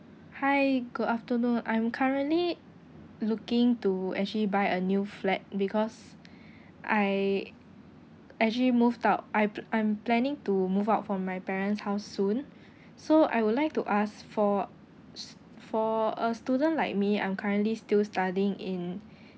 hi good afternoon I'm currently looking to actually buy a new flat because I actually moved out I pl~ I'm planning to move out from my parents' house soon so I would like to ask for s~ for a student like me I'm currently still studying in